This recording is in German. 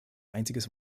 einziges